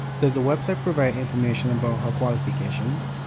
does the website provide information about her qualifications,